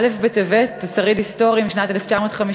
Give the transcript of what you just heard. א' בטבת הוא שריד היסטורי משנת 1959,